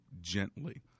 gently